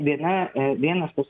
viena vienas tas